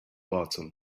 battle